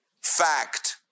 fact